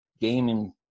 gaming